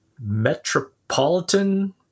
metropolitan